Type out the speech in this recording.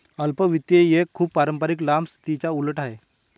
अल्प वित्त एक खूप पारंपारिक लांब स्थितीच्या उलट आहे